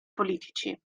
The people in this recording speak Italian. politici